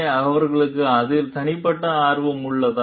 எனவே அவர்களுக்கு அதில் தனிப்பட்ட ஆர்வம் உள்ளதா